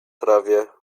trawie